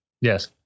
Yes